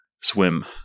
swim